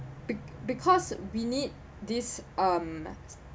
be~ because we need this um